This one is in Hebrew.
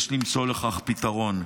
יש למצוא לכך פתרון.